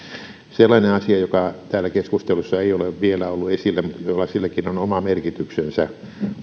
sellainen asia joka täällä keskustelussa ei ole vielä ollut esillä mutta jolla silläkin on oma merkityksensä